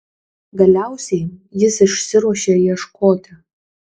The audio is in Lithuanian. galiausiai jis išsiruošia ieškoti